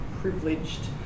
privileged